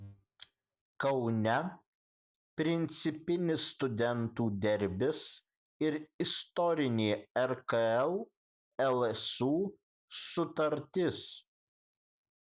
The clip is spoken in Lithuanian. kaune principinis studentų derbis ir istorinė rkl lsu sutartis